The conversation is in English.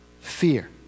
Fear